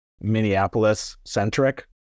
Minneapolis-centric